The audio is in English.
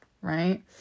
right